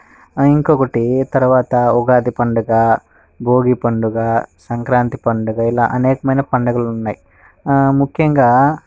ఇంకొకటి తర్వాత ఉగాది పండుగ భోగి పండుగ సంక్రాంతి పండుగ ఇలా అనేకమైన పండగలు ఉన్నాయి ముఖ్యంగా